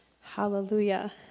Hallelujah